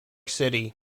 city